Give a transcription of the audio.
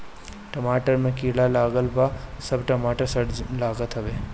टमाटर में कीड़ा लागला पअ सब टमाटर सड़े लागत हवे